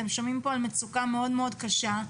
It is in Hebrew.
אתם שומעים פה על מצוקה מאוד מאוד קשה,